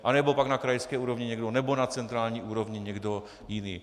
nebo pak na krajské úrovni někdo, nebo na centrální úrovni někdo jiný.